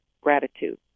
gratitude